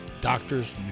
doctors